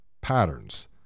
patterns